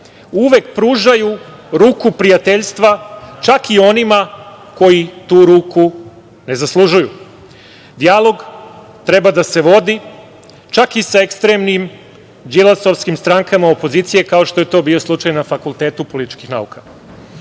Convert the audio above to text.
uvek pružaju ruku prijateljstva čak i onima koji tu ruku ne zaslužuju. Dijalog treba da se vodi čak i sa ekstremnim đilasovskim strankama opozicije, kao što je to bio slučaj na Fakultetu političkih